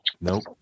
nope